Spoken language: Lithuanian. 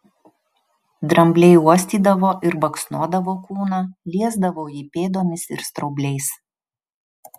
drambliai uostydavo ir baksnodavo kūną liesdavo jį pėdomis ir straubliais